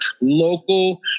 local